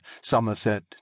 somerset